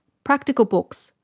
practical books,